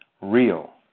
real